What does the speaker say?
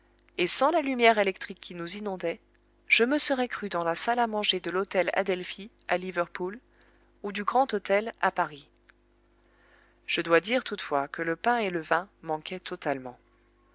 et sans la lumière électrique qui nous inondait je me serais cru dans la salle à manger de l'hôtel adelphi à liverpool ou du grand hôtel à paris je dois dire toutefois que le pain et le vin manquaient totalement